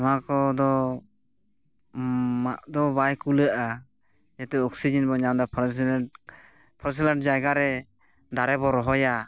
ᱱᱚᱣᱟ ᱠᱚᱫᱚ ᱢᱟᱜ ᱫᱚ ᱵᱟᱭ ᱠᱩᱞᱟᱹᱜᱼᱟ ᱱᱤᱛᱚᱜ ᱚᱠᱥᱤᱡᱮᱱᱵᱚᱱ ᱧᱟᱢᱮᱫᱟ ᱯᱷᱚᱨᱮᱥᱞᱮᱱᱰ ᱯᱷᱮᱨᱥᱞᱮᱱᱰ ᱡᱟᱭᱜᱟᱨᱮ ᱫᱟᱨᱮᱵᱚ ᱨᱚᱦᱚᱭᱟ